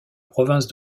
province